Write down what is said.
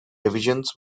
divisions